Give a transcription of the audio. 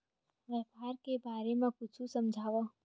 व्यापार के बारे म कुछु समझाव?